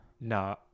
No